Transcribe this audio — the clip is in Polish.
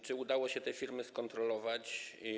Czy udało się te firmy skontrolować?